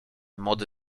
młody